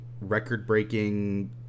record-breaking